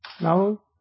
Now